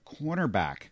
cornerback